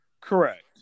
Correct